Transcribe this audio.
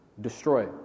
destroy